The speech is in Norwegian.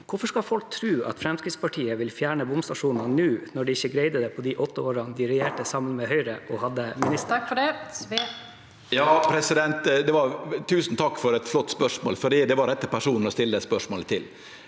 Hvorfor skal folk tro at Fremskrittspartiet vil fjerne bomstasjoner nå, når de ikke greide det på de åtte årene de regjerte sammen med Høyre og hadde ministeren? Frank Edvard Sve (FrP) Tusen takk for eit flott spørsmål. Det var rett person å stille det spørsmålet til.